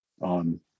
on